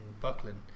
Buckland